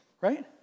right